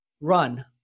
run